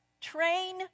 train